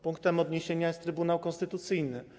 Punktem odniesienia jest Trybunał Konstytucyjny.